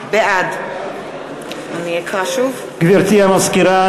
בעד גברתי המזכירה,